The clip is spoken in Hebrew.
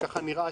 וכך נראה,